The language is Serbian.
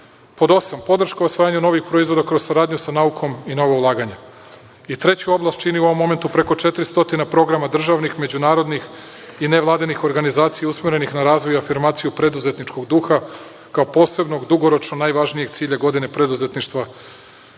Pod osam – podrška osvajanju novih proizvoda kroz saradnju sa naukom i nova ulaganja. Treću oblast u ovom momentu čini preko 400 programa državnih, međunarodnih i nevladinih organizacija, usmerenih na razvoj i afirmaciju preduzetničkog duha kao posebnog, dugoročno najvažnijeg cilja „Godine preduzetništva